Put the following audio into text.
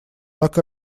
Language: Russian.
так